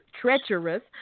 Treacherous